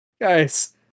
Guys